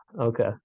Okay